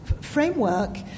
framework